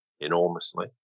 enormously